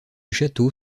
château